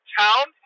town